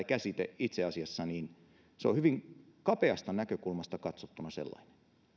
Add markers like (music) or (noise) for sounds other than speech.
(unintelligible) käsite on itse asiassa hyvin kapeasta näkökulmasta katsottuna sellainen